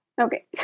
Okay